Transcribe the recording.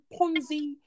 Ponzi